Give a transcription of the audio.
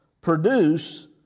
produce